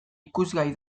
ikusgai